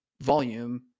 volume